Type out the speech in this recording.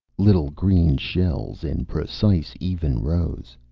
little green shells in precise, even rows.